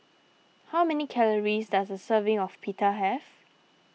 how many calories does a serving of Pita have